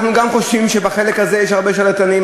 אנחנו גם חושבים שבחלק הזה יש הרבה שרלטנים,